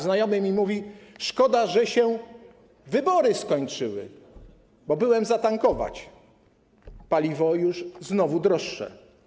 Znajomy mi mówi: Szkoda, że się wybory skończyły, bo byłem zatankować i paliwo znowu jest droższe.